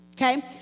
okay